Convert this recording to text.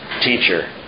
teacher